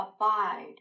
abide